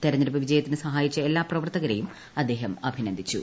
തിരഞ്ഞെടുപ്പ് വിജയത്തിന് സഹായിച്ച എല്ലാ പ്രവർത്തകരേയും അദ്ദേഹം അഭിനന്ദിച്ചു